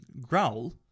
Growl